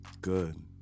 Good